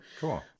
Cool